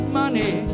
money